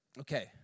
Okay